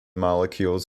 molecules